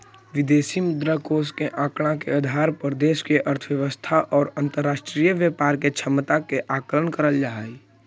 विदेशी मुद्रा कोष के आंकड़ा के आधार पर देश के अर्थव्यवस्था और अंतरराष्ट्रीय व्यापार के क्षमता के आकलन करल जा हई